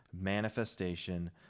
manifestation